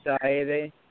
society